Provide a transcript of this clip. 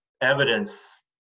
evidence